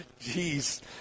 Jeez